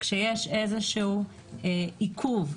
כשיש איזשהו עיכוב,